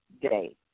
day